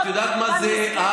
את יודעת מה זה R?